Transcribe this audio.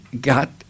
got